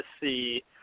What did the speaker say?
see